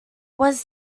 was